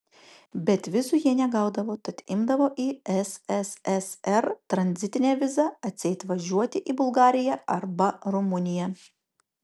bet vizų jie negaudavo tad imdavo į sssr tranzitinę vizą atseit važiuoti į bulgariją arba rumuniją